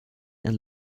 and